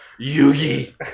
Yugi